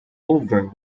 over